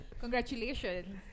congratulations